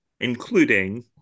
including